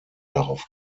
darauf